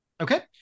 Okay